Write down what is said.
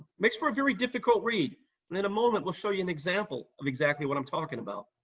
makes for a very difficult read, and in a moment, we'll show you an example of exactly what i'm talking about.